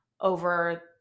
over